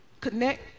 connect